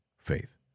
faith